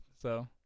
so-